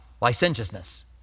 licentiousness